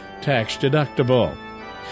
tax-deductible